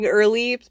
early